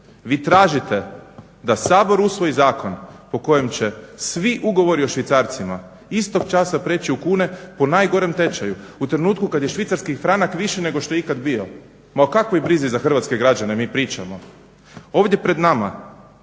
Vi tražite da Sabor usvoji zakon po kojem će svi ugovori u švicarcima istog čaša preći u kune po najgorem tečaju u trenutku kad je Švicarski franka više nego što je ikad bio. Ma o kakvoj brizi za Hrvatske građane mi pričamo? Ovdje pred nama